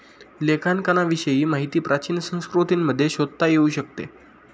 लेखांकनाविषयी माहिती प्राचीन संस्कृतींमध्ये शोधता येऊ शकते